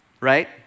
right